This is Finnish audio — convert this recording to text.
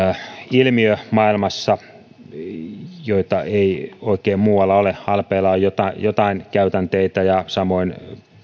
ilmiö maailmassa ja niitä ei oikein muualla ole alpeilla on joitain käytänteitä ja samoin